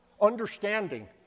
understanding